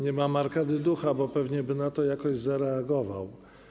Nie ma Marka Dyducha, bo pewnie by na to jakoś zareagował.